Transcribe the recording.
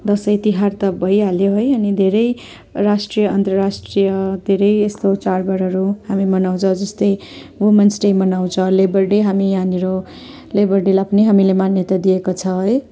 दसैँ तिहार त भइहाल्यो है अनि धेरै राष्ट्रिय अन्तर्राष्ट्रिय धेरै यस्तो चाडबाडहरू हामी मनाउँछौँ जस्तै ओमेन्स डे मनाउँछ लेबर डे हामी यहाँनिर लेबर डेलाई पनि हामीले मान्यता दिएको छ है